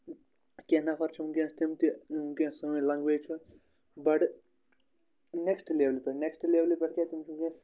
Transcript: کیٚنٛہہ نَفر چھِ ؤنکیٚنس تِم تہِ ؤنکیٚنَس سٲنۍ لگویج چھِ بَڑٕ نیٚکٕسٹ لیولہِ پٮ۪ٹھ نیٚکٕسٹ لیولہِ پٮ۪ٹھ کیازِ تِم چھِ ؤنکیٚنَس